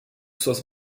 suas